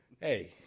Hey